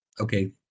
Okay